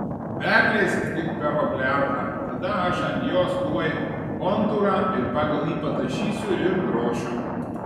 perleisk tik per obliarką tada aš ant jos tuoj kontūrą ir pagal jį patašysiu ir drošiu